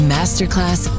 Masterclass